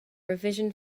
revision